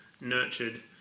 nurtured